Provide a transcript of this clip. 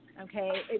Okay